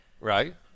Right